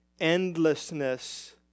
endlessness